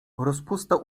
rozpusta